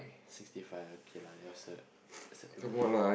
sixty five okay lah it was a acceptable age